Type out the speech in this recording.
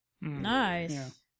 Nice